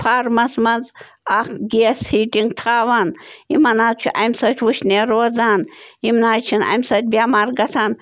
فارمَس منٛز اَکھ gas heating تھاوان یِمَن حظ چھُ اَمہِ سۭتۍ وٕشنیر روزان یِم نَہ حظ چھِنہٕ اَمہِ سۭتۍ بٮ۪مار گژھان